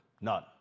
None